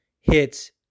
hits